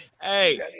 Hey